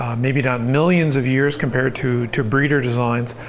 maybe not millions of years compared to to breeder designs,